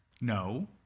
no